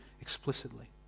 explicitly